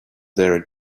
their